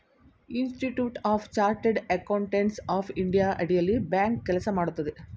institute of chartered accountants of India ಅಡಿಯಲ್ಲಿ bank ಕೆಲಸ ಮಾಡುತ್ತದೆ